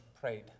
prayed